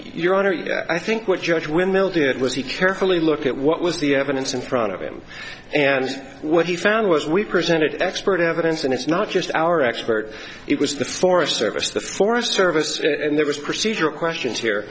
honor i think what judge windmill did was he carefully look at what was the evidence in front of him and what he found was we presented expert evidence and it's not just our expert it was the forest service the forest service and there was procedural questions here